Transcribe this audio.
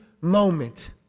moment